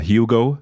Hugo